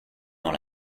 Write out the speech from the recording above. dans